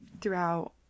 throughout